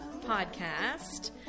podcast